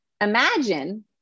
Imagine